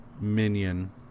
minion